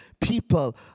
people